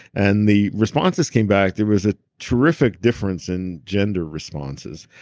and the responses came back. there was a terrific difference in gender responses.